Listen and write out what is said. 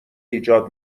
ایجاد